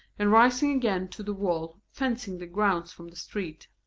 and rising again to the wall fencing the grounds from the street.